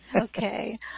okay